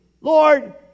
Lord